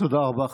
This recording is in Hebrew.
תודה רבה.